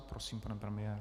Prosím, pane premiére.